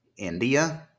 India